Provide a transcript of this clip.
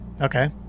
Okay